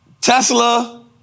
Tesla